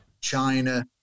China